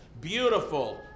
beautiful